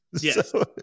Yes